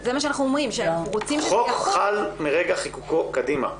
חוק חל מרגע חיקוקו קדימה.